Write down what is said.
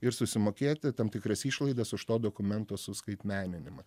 ir susimokėti tam tikras išlaidas už to dokumento suskaitmeninimą